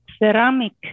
ceramic